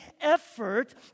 effort